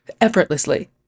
effortlessly